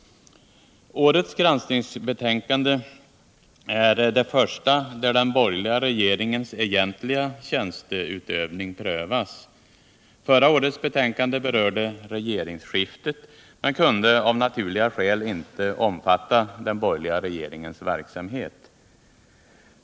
Årets granskningsbetänkande är det första där den borgerliga regeringens egentliga tjänsteutövning prövas. Förra årets betänkande berörde regeringsskiftet men kunde av naturliga skäl inte omfatta den borgerliga regeringens verksamhet.